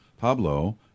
Pablo